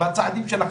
בצעדים שלכם.